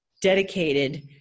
dedicated